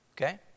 Okay